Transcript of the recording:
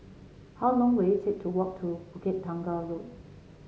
how long will it take to walk to Bukit Tunggal Road